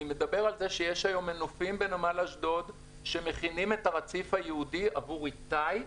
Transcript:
כבר היום יש מנופים בנמל אשדוד שמכינים את הרציף הייעודי עבור איתי.